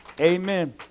Amen